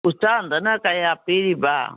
ꯎꯆꯥꯟꯗꯅ ꯀꯌꯥ ꯄꯤꯔꯤꯕ